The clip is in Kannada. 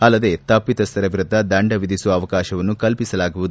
ಅಲ್ಲದೆ ತಪ್ಪಿಸ್ಥರ ವಿರುದ್ಧ ದಂಡ ವಿಧಿಸುವ ಅವಕಾಶವನ್ನು ಕಲ್ಪಿಸಲಾಗುವುದು